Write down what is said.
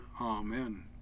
Amen